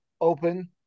open